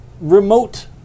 remote